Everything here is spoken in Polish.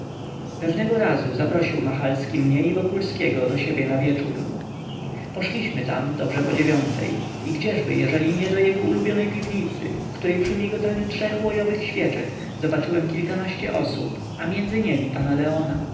pewnego razu zaprosił machalski mnie i wokulskiego do siebie na wieczór poszliśmy tam dobrze po dziewiątej i gdzieżby jeżeli nie do jego ulubionej piwnicy w której przy migotaniu trzech łojowych świeczek zobaczyłem kilkanaście osób a między niemi pana leona